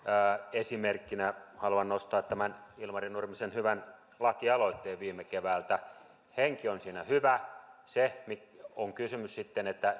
esimerkkinä haluan nostaa tämän ilmari nurmisen hyvän lakialoitteen viime keväältä henki on siinä hyvä kysymys on sitten